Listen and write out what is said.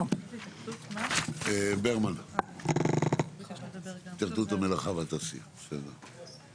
ברמן מהתאחדות המלאכה והתעשייה, בבקשה.